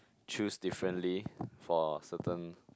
choose differently for certain